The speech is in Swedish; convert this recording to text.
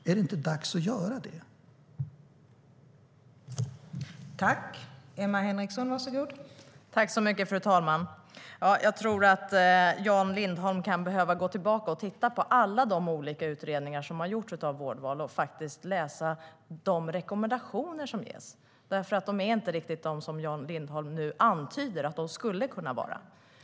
Är det inte dags att göra det?